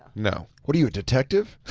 no. what are you, a detective?